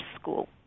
school